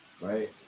right